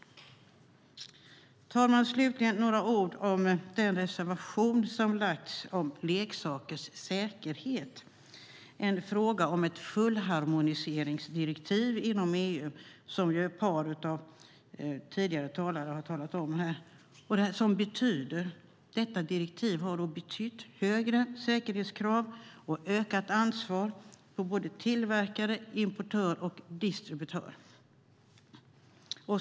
Herr talman! Slutligen vill jag säga några ord om reservationen om leksakers säkerhet. Det är en fråga om ett fullharmoniseringsdirektiv inom EU som några talare tidigare har tagit upp. Direktivet har betytt högre säkerhetskrav och ökat ansvar på både tillverkare, importör och distributör.